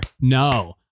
No